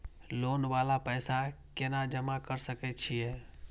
Loan वाला पैसा केना जमा कर सके छीये?